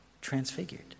transfigured